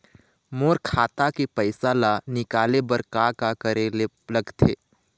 मोर खाता के पैसा ला निकाले बर का का करे ले लगथे?